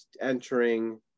entering